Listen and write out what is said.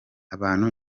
abantu